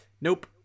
nope